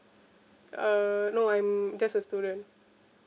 uh no I'm just a student